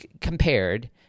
compared